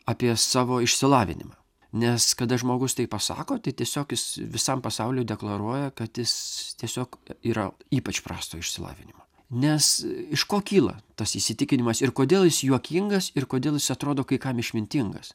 apie savo išsilavinimą nes kada žmogus tai pasako tai tiesiog jis visam pasauliui deklaruoja kad jis tiesiog yra ypač prasto išsilavinimo nes iš ko kyla tas įsitikinimas ir kodėl jis juokingas ir kodėl jis atrodo kai kam išmintingas